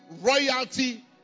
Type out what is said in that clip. royalty